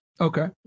Okay